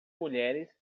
mulheres